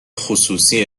خصوصی